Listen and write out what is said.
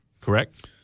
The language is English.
correct